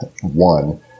one